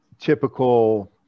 typical